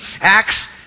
Acts